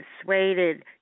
persuaded